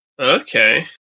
Okay